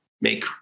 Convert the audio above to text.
make